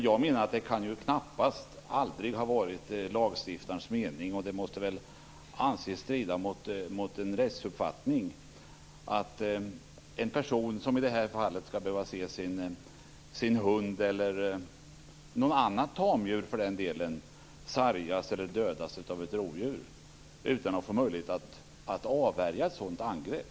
Jag menar att det aldrig kan ha varit lagstiftarens mening, och att det väl måste anses strida mot rättsuppfattningen, att en person såsom i det här fallet ska behöva se sin hund eller något annat tamdjur sargas eller dödas av ett rovdjur utan att få möjlighet att avvärja ett sådant angrepp.